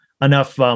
enough